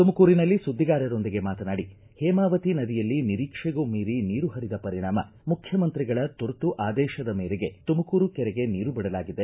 ತುಮಕೂರಿನಲ್ಲಿ ಸುದ್ದಿಗಾರರೊಂದಿಗೆ ಮಾತನಾಡಿ ಹೇಮಾವತಿ ನದಿಯಲ್ಲಿ ನಿರೀಕ್ಷೆಗೂ ಮೀರಿ ನೀರು ಪರಿದ ಪರಿಣಾಮ ಮುಖ್ಯಮಂತ್ರಿಗಳ ತುರ್ತು ಆದೇಶದ ಮೇರೆಗೆ ತುಮಕೂರು ಕೆರೆಗೆ ನೀರು ಬಿಡಲಾಗಿದೆ